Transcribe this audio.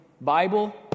Bible